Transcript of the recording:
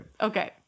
Okay